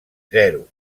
zero